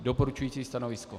Doporučující stanovisko.